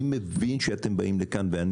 אני מבין שאתם באים לכאן,